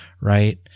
right